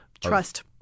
trust